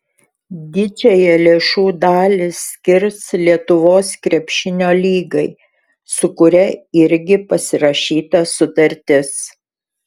didžiąją lėšų dalį skirs lietuvos krepšinio lygai su kuria irgi pasirašyta sutartis